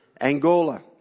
Angola